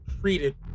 treated